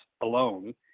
alone